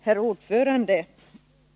Herr talman!